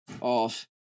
off